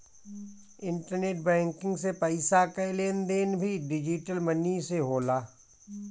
internet banking से पईसा कअ लेन देन भी डिजटल मनी से होला